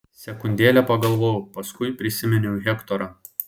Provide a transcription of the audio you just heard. sekundėlę pagalvojau paskui prisiminiau hektorą